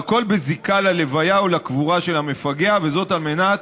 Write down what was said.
והכול בזיקה ללוויה או לקבורה של המפגע, על מנת